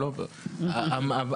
ל"ממשי"?